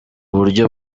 buryo